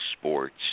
Sports